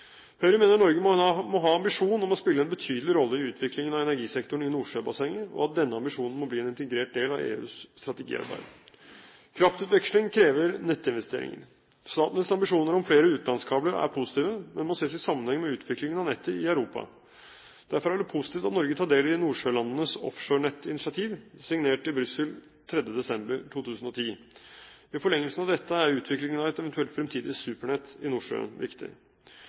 Høyre mener Norge må ha ambisjon om å spille en betydelig rolle i utviklingen av energisektoren i Nordsjøbassenget, og at denne ambisjonen må bli en integrert del av EUs strategiarbeid. Kraftutveksling krever nettinvesteringer. Statnetts ambisjoner om flere utenlandskabler er positive, men må ses i sammenheng med utviklingen av nettet i Europa. Derfor er det positivt at Norge tar del i nordsjølandenes offshorenettinitiativ, signert i Brussel 3. desember 2010. I forlengelsen av dette er utviklingen av et eventuelt fremtidig supernett i Nordsjøen viktig.